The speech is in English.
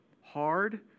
hard